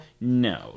No